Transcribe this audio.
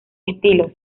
estilos